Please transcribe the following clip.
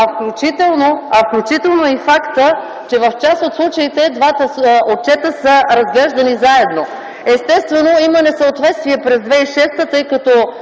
включително и фактът, че в част от случаите двата отчета са разглеждани заедно. Естествено, има несъответствие за 2006 г., тъй като